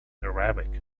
arabic